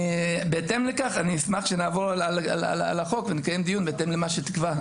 בהתאם לכך אני אשמח שנעבור על החוק ונקיים דיון בהתאם למה שתקבע,